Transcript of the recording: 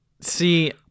see